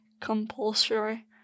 compulsory